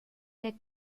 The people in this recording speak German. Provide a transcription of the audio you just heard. der